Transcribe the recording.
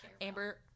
Amber